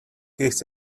his